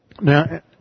Now